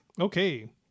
Okay